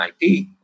IP